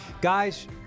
Guys